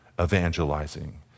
evangelizing